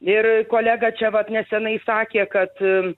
ir kolega čia vat neseniai sakė kad